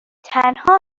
تنها